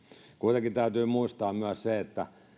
kuitenkin täytyy muistaa myös se että